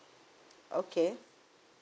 okay